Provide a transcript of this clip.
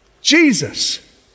Jesus